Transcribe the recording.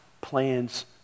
plans